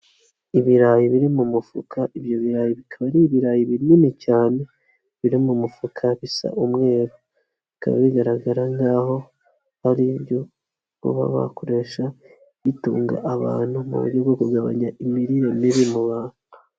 Ibirayi biri mu mufuka ibyo birayi bikaba ari ibirayi binini cyane biri mu mufuka bisa umweru, bikaba bigaragara nk'aho hari ibyo baba bakoresha bitunga abantu mu buryo bwo kugabanya imirire mibi mu bantu.